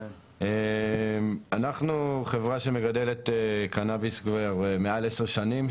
אנחנו חברה שמגדלת קנאביס כבר מעל עשר שנים,